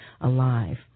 alive